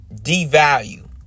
devalue